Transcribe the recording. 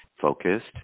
focused